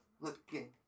Looking